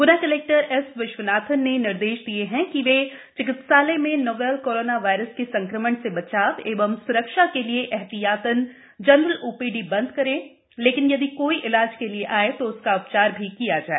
ग्ना collector S Vishwanathan ने निर्देश दिए है कि वे चिकित्सालय में नोवल कोराना वायरस के संक्रमण से बचाव एवं सुरक्षा के लिए एहतियातन जनरल ओपीडी बंद करें लेकिन यदि कोई इलाज के लिए आए तो उसका भी उपचार करें